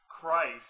Christ